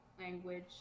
language